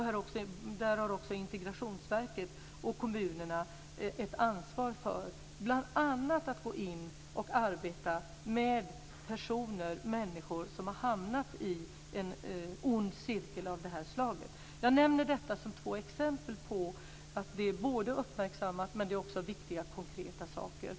Där har också Integrationsverket och kommunerna ett ansvar för att bl.a. gå in och arbeta med personer, människor, som har hamnat i en ond cirkel av det här slaget. Jag nämner detta som två exempel på att detta är uppmärksammat, men det är också viktiga konkreta saker.